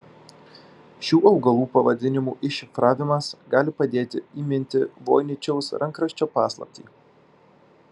šių augalų pavadinimų iššifravimas gali padėti įminti voiničiaus rankraščio paslaptį